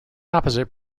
opposite